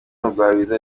rugwabiza